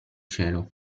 cielo